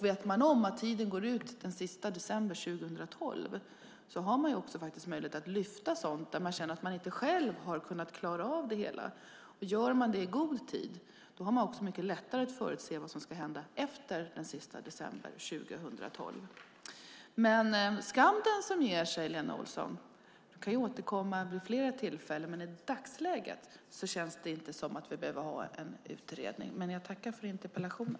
Vet man om att tiden går ut den 31 december 2012 har man möjlighet att lyfta fram sådant som man känner att man själv inte klarar av. Gör man det i god tid har man mycket lättare att förutse vad som ska hända efter den 31 december 2012. Skam den som ger sig, Lena Olsson! Du kan återkomma vid flera tillfällen, men i dagsläget känns det inte som att vi behöver ha en utredning. Jag tackar för interpellationen.